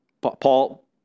Paul